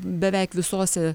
beveik visose